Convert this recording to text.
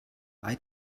bei